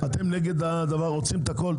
אתם נגד הדבר הזה, אתם רוצים את הכול?